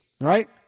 right